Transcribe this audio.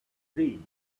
dream